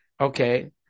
okay